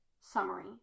Summary